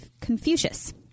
Confucius